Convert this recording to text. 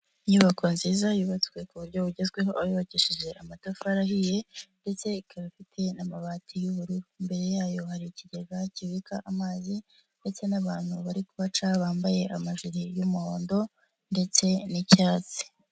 Inyubako nziza yubatswe ku buryo bugezweho yubakisheje amatafari ahiye ndetse ikaba ifite n'amabati y'ubururu, imbere yayo hari ikigega kibika amazi ndetse n'abantu bari kuhaca bambaye amajiri y'umuhondo ndetse n'icyatsi.